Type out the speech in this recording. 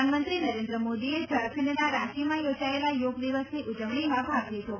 પ્રધાનમંત્રી નરેન્દ્ર મોદીએ ઝારખંડના રાંચીમાં યોજાયેલા યોગ દિવસની ઉજવણીમાં ભાગ લીધો